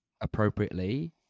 appropriately